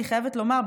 אני חייבת לומר,